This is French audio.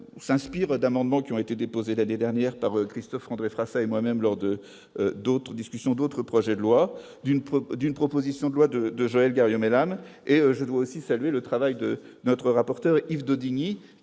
s'inspire d'amendements qui ont été déposés l'année dernière par Christophe-André Frassa et moi-même lors de la discussion d'autres projets de loi, ainsi que d'une proposition de loi de Joëlle Garriaud-Maylam. Je salue également le travail du rapporteur, Yves Daudigny,